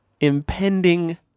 impending